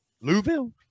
Louisville